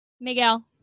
Miguel